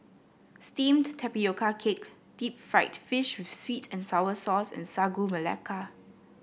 steamed Tapioca Cake Deep Fried Fish with sweet and sour sauce and Sagu Melaka